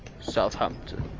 Southampton